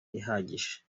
ihagije